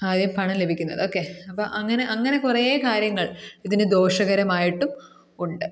ആദ്യം പണം ലഭിക്കുന്നത് ഓക്കെ അപ്പം അങ്ങനെ അങ്ങനെ കുറേ കാര്യങ്ങൾ ഇതിന് ദോഷകരമായിട്ടും ഉണ്ട്